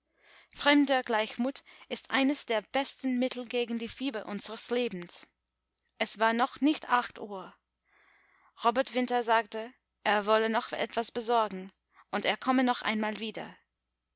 fremder gleichmut ist eines der besten mittel gegen die fieber unsres lebens es war noch nicht acht uhr robert winter sagte er wolle noch etwas besorgen und er komme noch einmal wieder